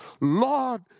Lord